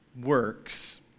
works